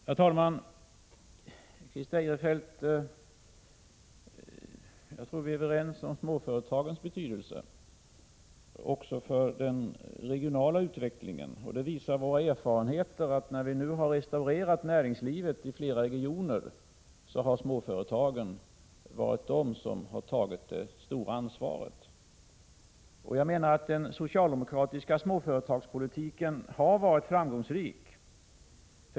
Herr talman! Jag tror, Christer Eirefelt, att vi är överens om småföretagens betydelse också för den regionala utvecklingen. Våra erfarenheter visar att småföretagen har tagit det stora ansvaret när vi nu har restaurerat näringslivet i flera regioner. Jag menar att den socialdemokratiska småföretagspolitiken har varit framgångsrik.